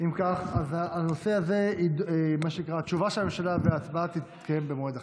של הממשלה וההצבעה יתקיימו במועד אחר.